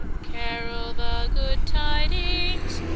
carol the good tidings,